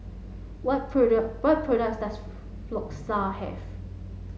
what product what products does Floxia have